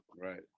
Right